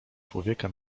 człowieka